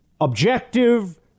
objective